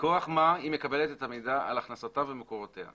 מכוח מה היא מקבלת את המידע על הכנסתו ומקורותיה?